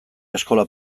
eskola